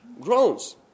Groans